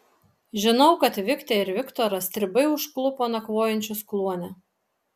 žinau kad viktę ir viktorą stribai užklupo nakvojančius kluone